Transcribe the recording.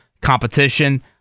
competition